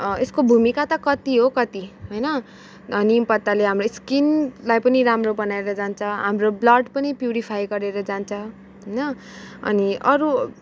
यसको भुमिका त कति हो कति होइन निम पत्ताले हाम्रो स्किनलाई पनि राम्रो बनाएर जान्छ हाम्रो ब्लडपनि प्युरिफाई गरेर जान्छ होइन अनि अरू